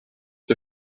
der